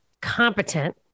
competent